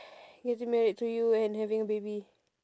getting married to you and having a baby